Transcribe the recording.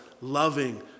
loving